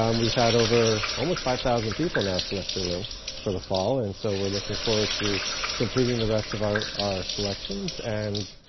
um we've have over almost five thousand people now select their room for the fall. and so we're looking forward to completing the rest of our, our selections. and